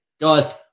Guys